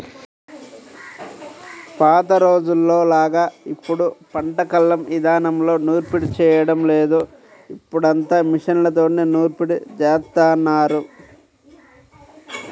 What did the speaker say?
పాత రోజుల్లోలాగా ఇప్పుడు పంట కల్లం ఇదానంలో నూర్పిడి చేయడం లేదు, ఇప్పుడంతా మిషన్లతోనే నూర్పిడి జేత్తన్నారు